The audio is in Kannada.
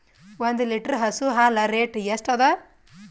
ಒಂದ್ ಲೀಟರ್ ಹಸು ಹಾಲ್ ರೇಟ್ ಎಷ್ಟ ಅದ?